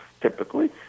typically